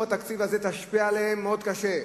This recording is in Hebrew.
התקציב הזה ישפיעו עליהם מאוד קשה.